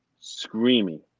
screaming